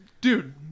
Dude